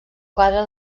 quadre